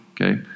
okay